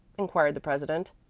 inquired the president.